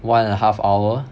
one and a half hour